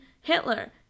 Hitler